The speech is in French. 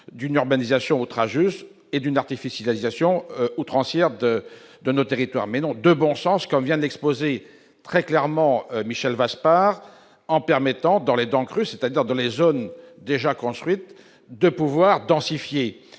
d'une urbanisation outrageante et d'une artificialisation outrancière de nos territoires. Le bon sens, comme vient de l'exposer très clairement Michel Vaspart, c'est de permettre, dans les dents creuses, c'est-à-dire dans les zones déjà construites, une densification.